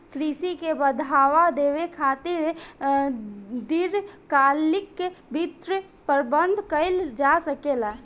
कृषि के बढ़ावा देबे खातिर दीर्घकालिक वित्त प्रबंधन कइल जा सकेला